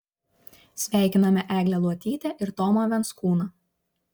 sveikiname eglę luotytę ir tomą venskūną